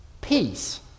peace